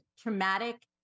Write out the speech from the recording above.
traumatic